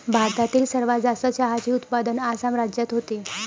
भारतातील सर्वात जास्त चहाचे उत्पादन आसाम राज्यात होते